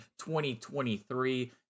2023